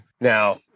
now